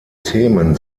themen